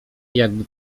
jakby